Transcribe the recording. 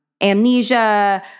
amnesia